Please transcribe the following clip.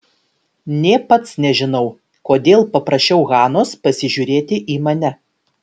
nė pats nežinau kodėl paprašiau hanos pasižiūrėti į mane